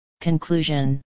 Conclusion